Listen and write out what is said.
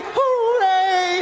hooray